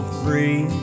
free